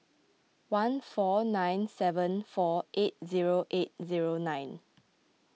one four nine seven four eight zero eight zero nine